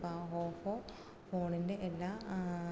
അപ്പോൾ ആ ഓപ്പോ ഫോണിൻ്റെ എല്ലാ